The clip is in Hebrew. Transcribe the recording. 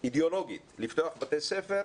אידיאולוגית לפתוח בתי ספר,